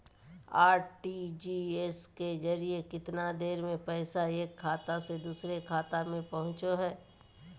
RTGS के जरिए कितना देर में पैसा एक खाता से दुसर खाता में पहुचो है?